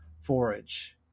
forage